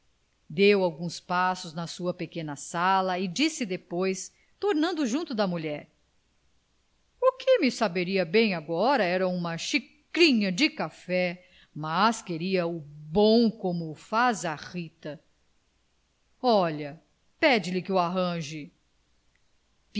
deu alguns passos na sua pequena sala e disse depois tornando junto da mulher o que me saberia bem agora era uma xicrinha de café mas queria-o bom como o faz a rita olha pede-lhe que o arranje